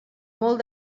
molt